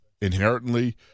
inherently